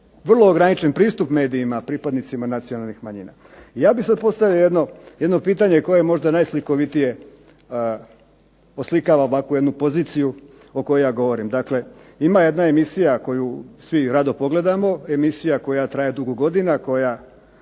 vrlo ograničen pristup medijima pripadnicima nacionalnih manjina. Ja bih sad postavio jedno pitanje koje možda najslikovitije oslikava ovakvu jednu poziciju o kojoj ja govorim. Dakle, ima jedna emisija koju svi rado pogledamo. Emisija koja traje dugo godina, koja